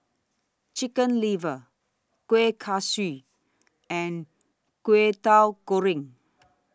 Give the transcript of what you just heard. Chicken Liver Kueh Kaswi and Kwetiau Goreng